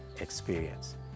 experience